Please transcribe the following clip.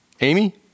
Amy